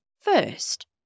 first